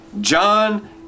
John